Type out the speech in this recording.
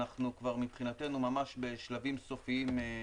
אנחנו מבחינתנו כבר ממש בשלבים סופיים.